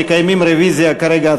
מקיימים רוויזיה כרגע,